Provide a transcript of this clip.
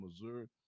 Missouri